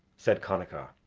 said connachar.